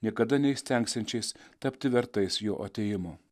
niekada neįstengsiančiais tapti vertais jo atėjimo